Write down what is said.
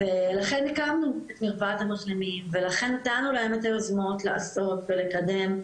ולכן הקמנו את מרפאת המשלימים ולכן נתנו להם את היוזמות לעשות ולקדם,